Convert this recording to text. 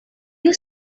you